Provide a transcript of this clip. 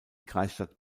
kreisstadt